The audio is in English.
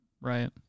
right